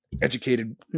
educated